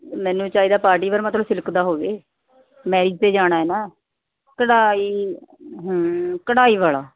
ਮੈਨੂੰ ਚਾਹੀਦਾ party wear ਮਤਲਬ ਸਿਲਕ ਦਾ ਹੋਵੇ ਮੈਰਿਜ 'ਤੇ ਜਾਣਾ ਹੈ ਨਾ ਕਢਾਈ ਹਮ ਕਢਾਈ ਵਾਲਾ